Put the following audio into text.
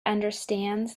understands